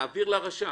להעביר לרשם.